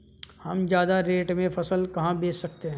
हम ज्यादा रेट में फसल कहाँ बेच सकते हैं?